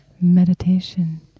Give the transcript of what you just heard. Meditation